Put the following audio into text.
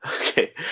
okay